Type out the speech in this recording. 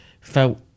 felt